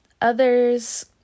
others